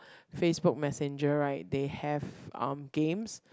Facebook messenger right they have um games